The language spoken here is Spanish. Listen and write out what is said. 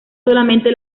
solamente